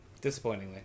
disappointingly